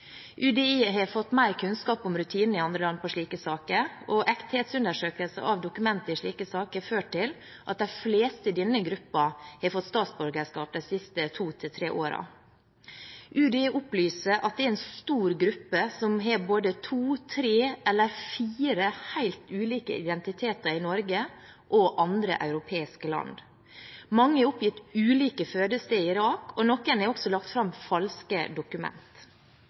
UDI har fått mer kunnskap om rutinene i andre land i slike saker, og ekthetsundersøkelser av dokumenter i slike saker har ført til at de fleste i denne gruppen har fått statsborgerskap de siste to–tre årene. UDI opplyser at det er en stor gruppe som har to, tre eller fire helt ulike identiteter i Norge og andre europeiske land. Mange har oppgitt ulike fødesteder i Irak, og noen har også lagt fram falske